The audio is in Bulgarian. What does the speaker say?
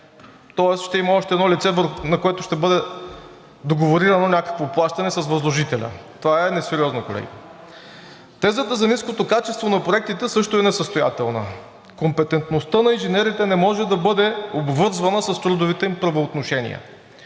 Тоест, ще има още едно лице, на което ще бъде договорирано някакво плащане с възложителя. Това е несериозно, колеги. Тезата за ниското качество на проектите също е несъстоятелна. Компетентността на инженерите не може да бъде обвързана с трудовите им правоотношения.